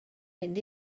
mynd